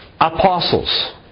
apostles